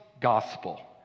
gospel